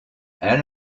and